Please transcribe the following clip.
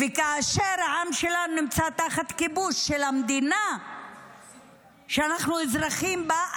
וכאשר העם שלנו נמצא תחת כיבוש של המדינה שאנחנו אזרחים בה,